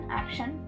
action